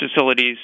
facilities